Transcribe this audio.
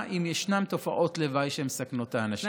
אם ישנן תופעות לוואי שמסכנות את האנשים.